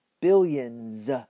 Billions